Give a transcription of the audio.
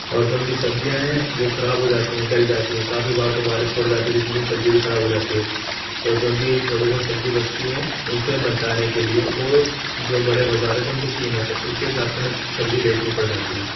اور جو ان کی سبزیاں ہیں وہ خراب ہو جاتی ہیں گل جاتی ہیں کافی بار تو بارش پڑ جاتی ہے جس میں کہ سبزی بھی خراب ہو جاتی ہے تو جو ان کی تھوڑی بہت سبزی بچتی ہے اسے بچانے کے لیے وہ جو بڑے بازار ہیں جو ان کی قیمت ہے اس کے حساب سے انہیں سبزی بیچنی پڑ جاتی ہے